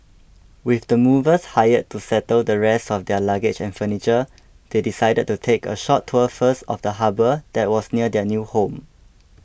with the movers hired to settle the rest of their luggage and furniture they decided to take a short tour first of the harbour that was near their new home